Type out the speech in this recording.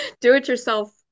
do-it-yourself